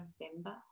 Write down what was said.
November